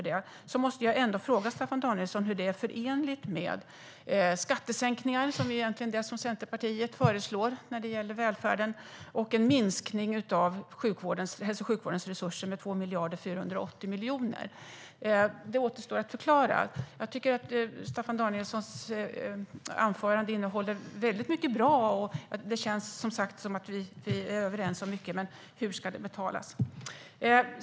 Jag måste fråga Staffan Danielsson hur det är förenligt med skattesänkningar, som egentligen är det Centerpartiet föreslår när det gäller välfärden, och en minskning av hälso och sjukvårdens resurser med 2,48 miljarder. Det återstår att förklara. Jag tycker att Staffan Danielssons anförande innehåller väldigt mycket bra. Det känns som sagt att vi är överens om mycket. Men hur ska allt betalas?